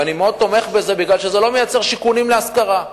ואני מאוד תומך בזה כי זה לא מייצר שיכונים להשכרה.